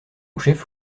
chef